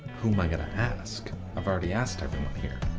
who am i gonna ask? i've already asked everyone here.